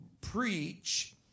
preach